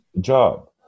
job